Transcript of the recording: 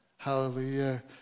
Hallelujah